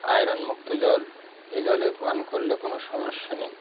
আয়রনমুক্ত জল এই জলে পান করলে কোনো সমস্যা নেই